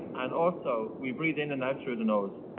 and also, we breathe in and out through the nose.